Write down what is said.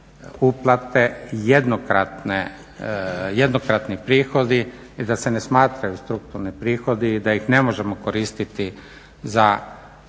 uplate, jednokratni prihodi i da se ne smatraju strukturni prihodi i da ih ne možemo koristiti za strukturno